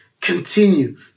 continue